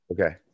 Okay